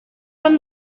from